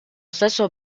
stesso